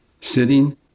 sitting